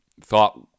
thought